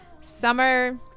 summer